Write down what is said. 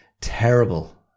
terrible